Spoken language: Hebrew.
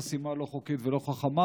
חסימה לא חוקית ולא חכמה,